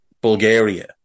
Bulgaria